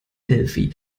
delphi